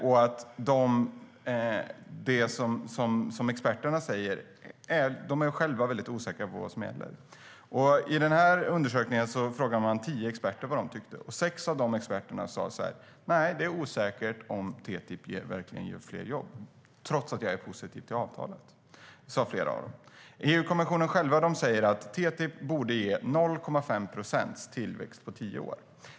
EU-kommissionen säger att TTIP borde ge 0,5 procents tillväxt på tio år.